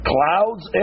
Clouds